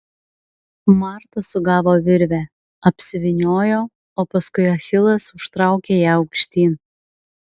marta sugavo virvę apsivyniojo o paskui achilas užtraukė ją aukštyn